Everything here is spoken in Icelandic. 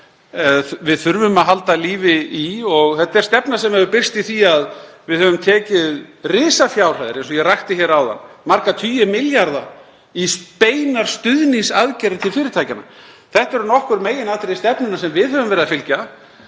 við þurfum að halda lífi í. Það er stefna sem hefur birst í því að við höfum sett risafjárhæðir, eins og ég rakti hér áðan, marga tugi milljarða, í beinar stuðningsaðgerðir til fyrirtækjanna. Þetta eru nokkur meginatriði stefnunnar sem við höfum verið að fylgja.